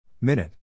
Minute